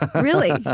really. ah